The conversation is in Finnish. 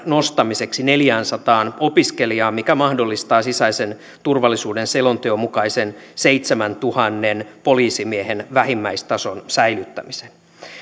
nostamiseksi neljäänsataan opiskelijaan mikä mahdollistaa sisäisen turvallisuuden selonteon mukaisen seitsemäntuhannen poliisimiehen vähimmäistason säilyttämisen